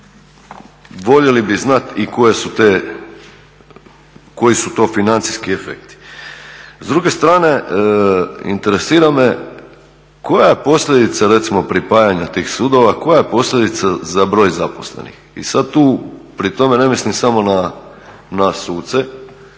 voljeli bi znati i koji su to financijski efekti. S druge strane, interesira me koja je posljedica recimo pripajanja tih sudova, koja je posljedica za broj zaposlenih? I sada tu pri tome ne mislim samo na suce,